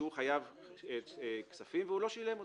שהוא חייב כספים ולא שילם אותם.